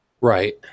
Right